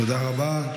תודה רבה.